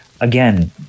again